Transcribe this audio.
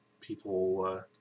people